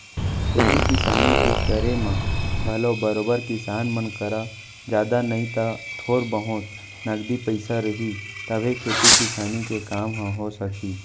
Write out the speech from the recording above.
खेती किसानी के करे म घलौ बरोबर किसान मन करा जादा नई त थोर बहुत नगदी पइसा रही तभे खेती किसानी के काम ह हो सकही